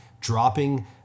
dropping